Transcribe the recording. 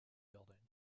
building